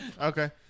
Okay